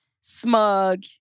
smug